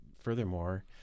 Furthermore